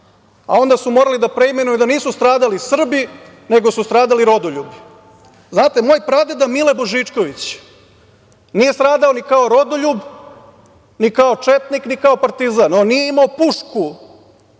a onda su morali da preimenuju da nisu stradali Srbi, nego su stradali rodoljubi. Znate, moj pradeda Mile Božičković nije stradao ni kao rodoljub, ni kao četnik, ni kao partizan. On nije imao pušku